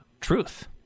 truth